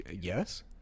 Yes